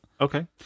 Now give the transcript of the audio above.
Okay